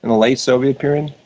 and late soviet period,